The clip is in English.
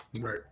Right